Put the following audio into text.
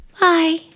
Bye